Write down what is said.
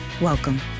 welcome